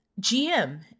GM